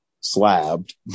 slabbed